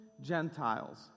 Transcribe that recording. Gentiles